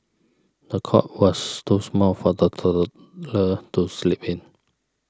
the cot was too small for the toddler to sleep in